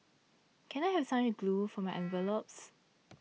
can I have some glue for my envelopes